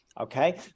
okay